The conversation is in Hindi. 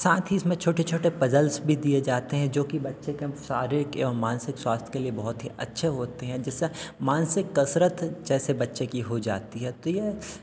साथ ही इसमें छोटे छोटे पज़ल्स भी दिए जाते हैं जोकि बच्चे के हम शारीरिक मानसिक स्वास्थ्य के लिए बहुत ही अच्छी होती हैं जिससे मानसिक कसरत जैसे बच्चे की हो जाती है तो यह